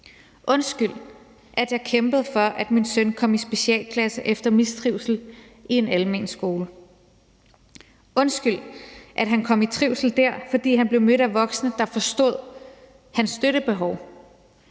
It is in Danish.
undskyld, at jeg kæmpede for, at min søn kom i specialklasse efter mistrivsel i en almen skole; undskyld, at han kom i trivsel der, fordi han blev mødt af voksne, der forstod hans støttebehov;